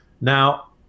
Now